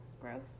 growth